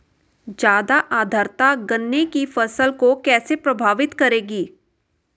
ज़्यादा आर्द्रता गन्ने की फसल को कैसे प्रभावित करेगी?